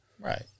Right